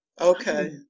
Okay